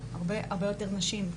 הרבה יותר נשים.